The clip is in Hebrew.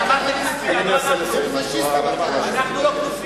קרקס, קרקס